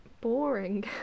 boring